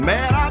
Man